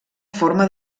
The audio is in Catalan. forma